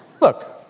Look